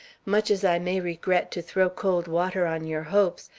much as i may regret to throw cold water on your hopes,